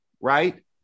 right